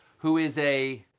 who is a.